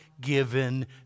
given